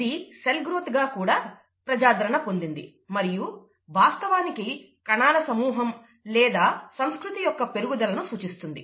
ఇది cell growth గా కూడా ప్రజాదరణ పొందింది మరియు వాస్తవానికి కణాల సమూహం లేదా సంస్కృతి యొక్క పెరుగుదలను సూచిస్తుంది